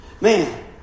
Man